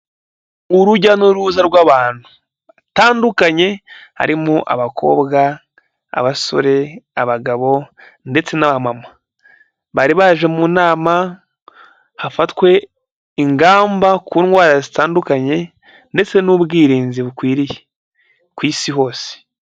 Urujya n'uruza rw'abantu batandukanye, harimo abakobwa abasore, abagabo ndetse n'abamama, bari baje mu nama, hafatwe ingamba ku ndwara zitandukanye ndetse n'ubwirinzi bukwiriye ku Isi hose.